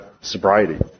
sobriety